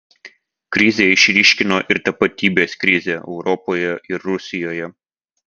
krizė išryškino ir tapatybės krizę europoje ir rusijoje